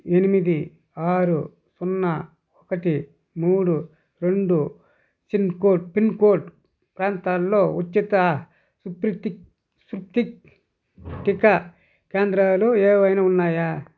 ఎనిమిది ఆరు సున్నా ఒకటి మూడు రెండు చిన్కోడ్ పిన్కోడ్ ప్రాంతాల్లో ఉచిత సుప్రితిక్ సుప్తిక్ టీకా కేంద్రాలు ఏవైనా ఉన్నాయా